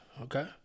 okay